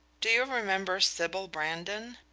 do you remember sybil brandon?